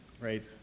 right